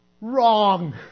Wrong